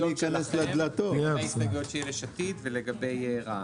שלגבי ההסתייגויות של יש עתיד ולגבי רע"ם.